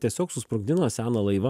tiesiog susprogdino seną laivą